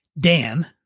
Dan